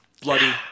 bloody